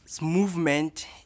movement